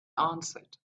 answered